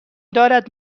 دارد